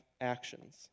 actions